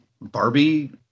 Barbie